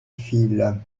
files